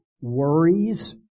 Worries